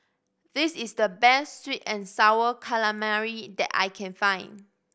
this is the best sweet and Sour Calamari that I can find